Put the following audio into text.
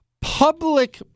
public